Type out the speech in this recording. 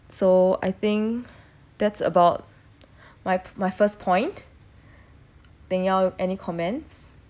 so I think that's about my my first point any comments